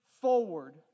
forward